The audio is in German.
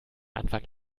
anfang